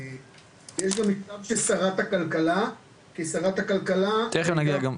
יש גם מכתב של שרת הכלכלה, ששרת הכלכלה שלחה לחבר